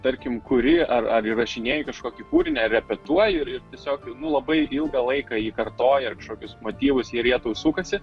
tarkim kuri ar ar įrašinėji kažkokį kūrinį repetuoju ir tiesiog nu labai ilgą laiką ji kartoja kažkokius motyvus ir jie tau sukasi